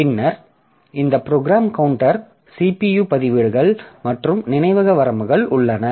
பின்னர் இந்த program counter CPU பதிவேடுகள் மற்றும் நினைவக வரம்புகள் உள்ளன